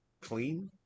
Clean